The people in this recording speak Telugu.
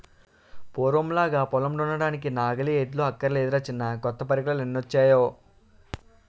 పూర్వంలాగా పొలం దున్నడానికి నాగలి, ఎడ్లు అక్కర్లేదురా చిన్నా కొత్త పరికరాలెన్నొచ్చేయో